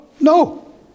No